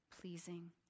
pleasing